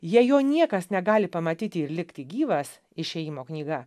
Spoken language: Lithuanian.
jei jo niekas negali pamatyti ir likti gyvas išėjimo knyga